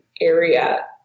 area